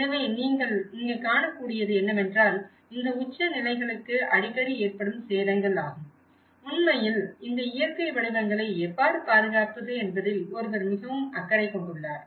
எனவே நீங்கள் இங்கு காணக்கூடியது என்னவென்றால் இந்த உச்சநிலைகளுக்கு அடிக்கடி ஏற்படும் சேதங்கள் ஆகும் உண்மையில் இந்த இயற்கை வடிவங்களை எவ்வாறு பாதுகாப்பது என்பதில் ஒருவர் மிகவும் அக்கறை கொண்டுள்ளார்